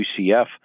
UCF